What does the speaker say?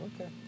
okay